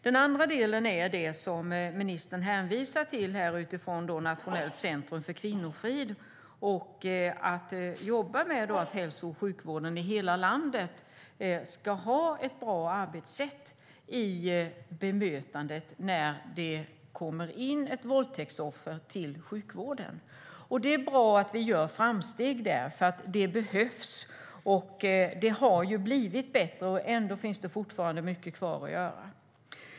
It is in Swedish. Den andra delen är det som ministern hänvisar till utifrån Nationellt centrum för kvinnofrid och arbetet för att hälso och sjukvården i hela landet ska ha ett bra arbetssätt i bemötandet när det kommer in ett våldtäktsoffer till sjukvården. Det är bra att vi gör framsteg där, för det behövs. Det har blivit bättre, men det finns mycket kvar att göra.